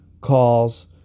calls